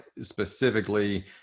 specifically